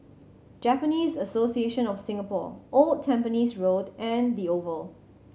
Japanese Association of Singapore Old Tampines Road and The Oval